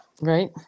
Right